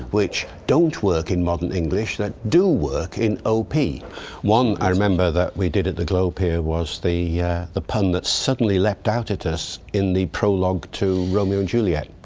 which don't work in modern english that do work in ah op. one i remember that we did at the globe here was the the pun that suddenly leaped out at us in the prologue to romeo and juliet.